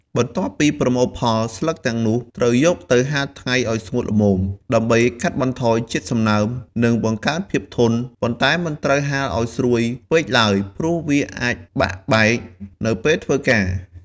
បន្ទាប់ពីប្រមូលផល ស្លឹកទាំងនោះត្រូវយកទៅ ហាលថ្ងៃឲ្យស្ងួតល្មម ដើម្បីកាត់បន្ថយជាតិសំណើម និងបង្កើនភាពធន់ ប៉ុន្តែមិនត្រូវហាលឲ្យស្រួយពេកឡើយ ព្រោះវាអាចបាក់បែកនៅពេលធ្វើការ។